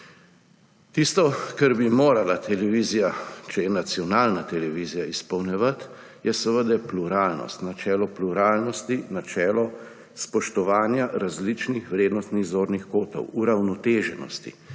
Tisto, kar bi morala televizija, ki je nacionalna televizija, izpolnjevati, je seveda pluralnost, načelo pluralnosti, načelo spoštovanja različnih vrednostnih zornih kotov, uravnoteženosti.